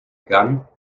gun